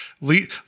lead